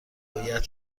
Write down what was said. رویت